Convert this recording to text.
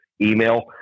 email